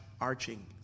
arching